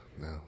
No